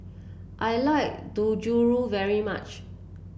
I like Dangojiru very much